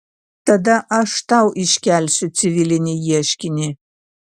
tada aš tau iškelsiu civilinį ieškinį